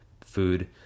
food